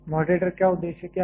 moderator का उद्देश्य क्या है